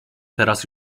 teraz